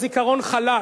ובזיכרון חלש,